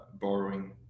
borrowing